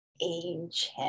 ancient